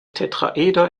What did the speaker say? tetraeder